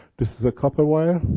this is a copper wire,